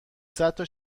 صدتا